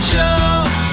Show